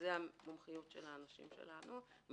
זו המומחיות של האנשים שלנו - הם